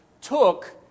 took